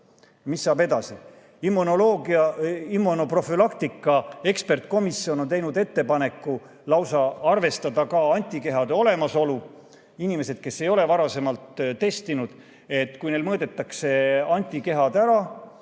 on lahendamata. Immunoprofülaktika ekspertkomisjon on teinud lausa ettepaneku arvestada ka antikehade olemasolu. Inimesed, kes ei ole varasemalt testinud, kui neil mõõdetakse antikehad ära,